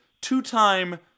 two-time